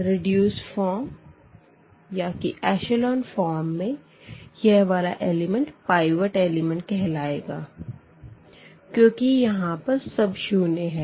reduced form या कि echelon form में यह वाला एलिमेंट पाइवट एलिमेंट कहलायेगा क्यूँकि यहाँ पर सब शून्य है